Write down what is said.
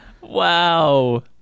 Wow